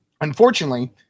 Unfortunately